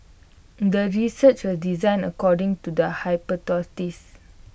the research was designed according to the hypothesis